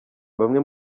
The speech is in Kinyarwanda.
bamwe